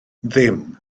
ddim